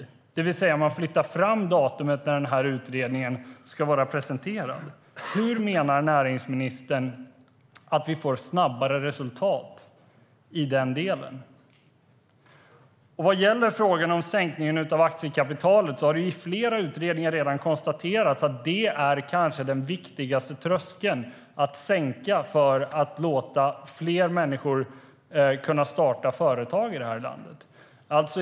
Man flyttar alltså fram datumet för när utredningen ska vara presenterad. Hur menar näringsministern att vi får snabbare resultat på det sättet? Vad gäller frågan om sänkningen av aktiekapitalet har det i flera utredningar redan konstaterats att detta är den kanske viktigaste tröskeln att sänka för att låta fler människor kunna starta företag i det här landet.